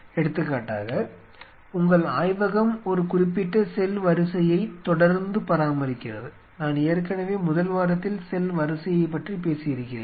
எடுத்துக்காட்டாக உங்கள் ஆய்வகம் ஒரு குறிப்பிட்ட செல் வரிசையைத் தொடர்ந்து பராமரிக்கிறது நான் ஏற்கனவே முதல் வாரத்தில் செல் வரிசையைப் பற்றி பேசியிருக்கிறேன்